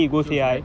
she'll forget